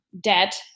debt